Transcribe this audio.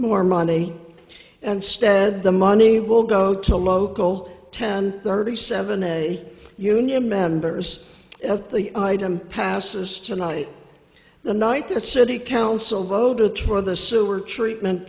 more money and stead the money will go to a local ten thirty seven a union members at the item passes tonight the night that city council voted for the sewer treatment